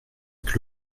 avec